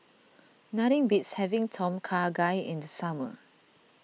nothing beats having Tom Kha Gai in the summer